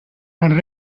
and